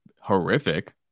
horrific